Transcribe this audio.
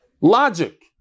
Logic